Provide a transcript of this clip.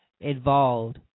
involved